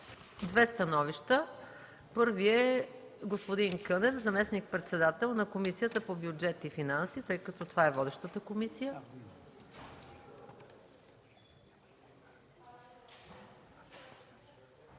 две становища. Първо има думата господин Петър Кънев – заместник-председател на Комисията по бюджет и финанси, тъй като това е водещата комисия.